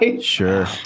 Sure